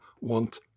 want